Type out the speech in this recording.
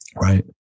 Right